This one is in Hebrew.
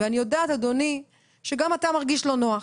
ואני יודעת אדוני שגם אתה מרגיש לא נוח.